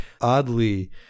oddly